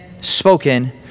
spoken